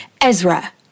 Ezra